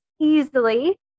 easily